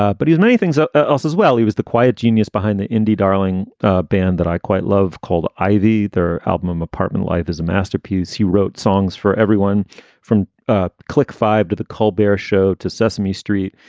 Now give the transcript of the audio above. ah but he's many things ah ah else as well. he was the quiet genius behind the indie darling band that i quite love called i v. their album, apartment life is a masterpiece. he wrote songs for everyone from click five to the kolber show to sesame street.